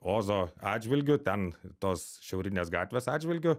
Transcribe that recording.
ozo atžvilgiu ten tos šiaurinės gatvės atžvilgiu